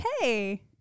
hey